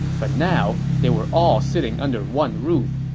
but now, they were all sitting under one roof,